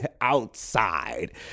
outside